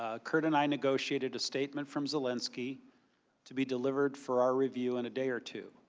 ah kurt and i initiated a statement from zelensky to be delivered for our review in a day or two.